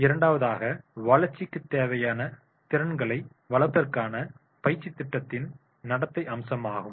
இரண்டாவதாக வளர்ச்சிக்குத் தேவையான திறன்களை வளர்ப்பதற்கான பயிற்சித் திட்டத்தின் நடத்தை அம்சமாகும்